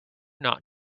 not